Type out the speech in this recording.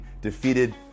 defeated